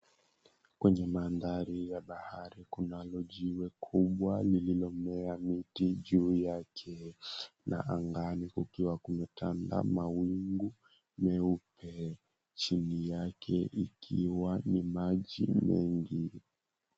Kwenya mandari ya bahari kunalo jiwe kubwa lililomea miti juu yake na angani kukiwa kumetanda mawingu meupe, chini yake ikiwa ni maji mingi.